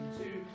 two